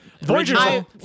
Voyager